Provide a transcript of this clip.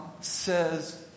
says